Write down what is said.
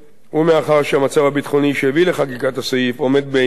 ומאחר שהמצב הביטחוני שהביא לחקיקת הסעיף עומד בעינו,